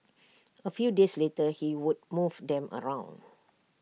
A few days later he would move them around